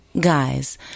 Guys